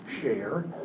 Share